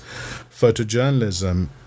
photojournalism